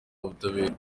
ubutabera